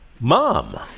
Mom